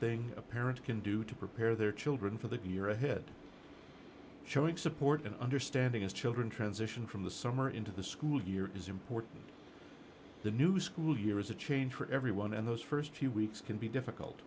thing a parent can do to prepare their children for the year ahead showing support and understanding as children transition from the summer into the school year is important the new school year is a change for everyone and those st few weeks can be difficult